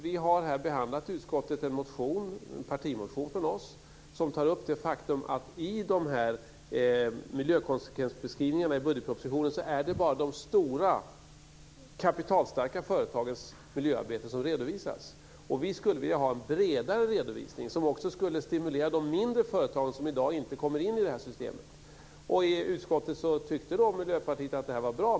Utskottet har behandlat en partimotion från oss kristdemokrater som tar upp det faktum att det i miljökonsevensbeskrivningarna i budgetpropositionen bara är de stora kapitalstarka företagens miljöarbete som redovisas. Vi skulle vilja ha en bredare redovisning som också skulle stimulera de mindre företagen som i dag inte kommer in i systemet. I utskottet tyckte Miljöpartiet att det var bra.